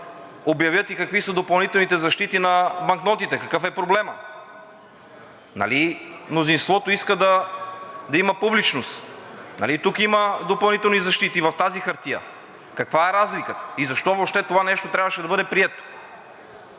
обявят и какви са допълнителните защити на банкнотите? Какъв е проблемът?! Нали мнозинството иска да има публичност, нали и тук има допълнителни защити в тази хартия? Каква е разликата и защо това нещо въобще трябваше да бъде прието?